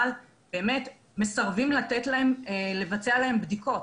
אבל באמת מסרבים לבצע להם בדיקות.